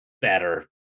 better